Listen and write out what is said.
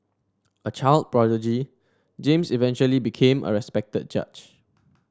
a child prodigy James eventually became a respected judge